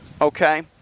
Okay